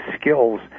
skills